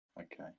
okay